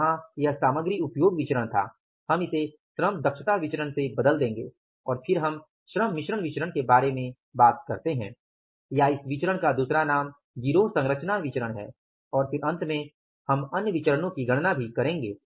वहां यह सामग्री उपयोग विचरण था हम इसे श्रम दक्षता विचरण से बदल देंगे और फिर हम श्रम मिश्रण विचरण के बारे में बात करते हैं या इस विचरण का दूसरा नाम गिरोह संरचना विचरण है और फिर अंत में हम अन्य विचरणो की गणना भी करेंगे